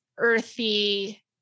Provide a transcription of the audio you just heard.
Earthy